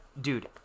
dude